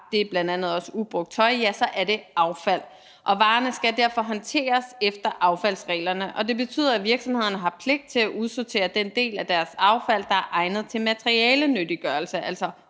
det er bl.a. også ubrugt tøj – så er det affald, og varerne skal derfor håndteres efter affaldsreglerne. Det betyder, at virksomhederne har pligt til at udsortere den del af deres affald, der er egnet til materialenyttiggørelse –